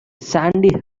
sandy